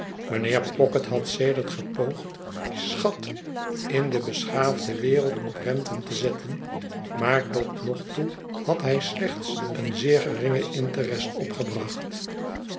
mijnheer pocket had sedert gepoogd dien schat in de beschaafde wereld op renten te zetten maar tot nog toe had hij slechts een zeer geringen interest opgebracht